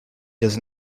does